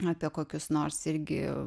apie kokius nors irgi